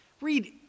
Read